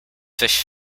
fish